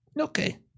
Okay